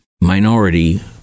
minority